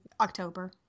October